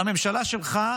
הממשלה שלך,